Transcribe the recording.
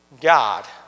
God